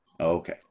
Okay